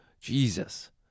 Jesus